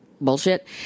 bullshit